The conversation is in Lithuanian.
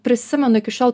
prisimenu iki šiol